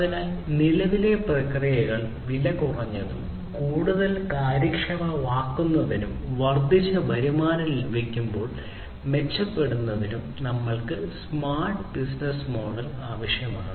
അതിനാൽ നിലവിലെ പ്രക്രിയകൾ വിലകുറഞ്ഞതും കൂടുതൽ കാര്യക്ഷമവുമാക്കുന്നതിനും വർദ്ധിച്ച വരുമാനം ലഭിക്കുമ്പോൾ മെച്ചപ്പെടുത്തുന്നതിനും നമ്മൾക്ക് സ്മാർട്ട് ബിസിനസ്സ് മോഡൽ ആവശ്യമാണ്